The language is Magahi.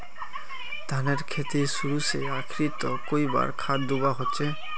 धानेर खेतीत शुरू से आखरी तक कई बार खाद दुबा होचए?